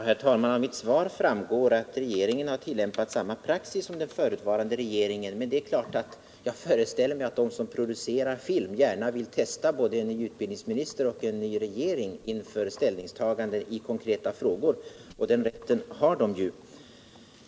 Herr talman! Av mitt svar framgår att regeringen har tillämpat samma praxis som den förutvarande regeringen, men jag föreställer mig att de som producerar film gärna vill testa både en ny utbildningsminister och en ny regering inför ställningstaganden i konkreta frågor, och den rätten har de ju.